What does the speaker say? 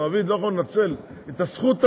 המעביד לא יכול לנצל את הזכות הזאת,